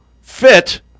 fit